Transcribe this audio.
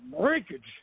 breakage